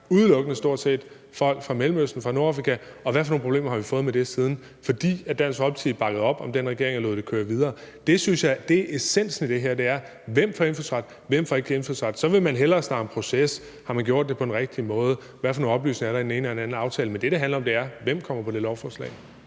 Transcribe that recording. udelukkende folk fra Mellemøsten og fra Nordafrika. Og hvad for nogle problemer har vi fået med det siden? Og det var, fordi Dansk Folkeparti bakkede op om den regering og lod det køre videre. Essensen af det her er, hvem der får indfødsret, og hvem der ikke får indfødsret. Så vil man hellere snakke om proces, om man har gjort det på den rigtige måde, og hvad for nogle oplysninger der er i den ene og den anden aftale. Men det, det handler om, er, hvem der kommer på det lovforslag.